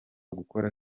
gukora